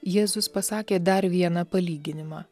jėzus pasakė dar vieną palyginimą